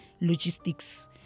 logistics